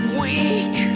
weak